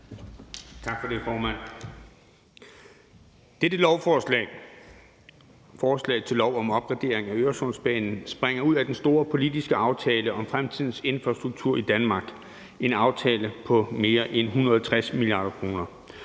Tak for det, formand. Dette lovforslag, forslag til lov om opgradering af Øresundsbanen, udspringer af den store politiske aftale om fremtidens infrastruktur i Danmark, og det er en aftale på mere end 160 mia. kr.